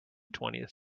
twentieth